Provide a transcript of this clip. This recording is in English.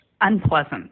unpleasant